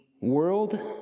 world